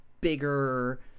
bigger